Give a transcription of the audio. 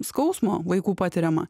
skausmo vaikų patiriama